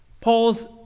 Paul's